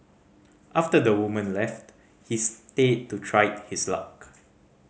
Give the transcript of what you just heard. after the woman left he stayed to try his luck